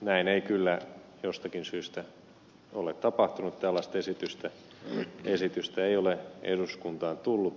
näin ei kyllä jostakin syystä ole tapahtunut tällaista esitystä ei ole eduskuntaan tullut